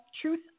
Truth